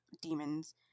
demons